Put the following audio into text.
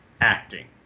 acting